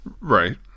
Right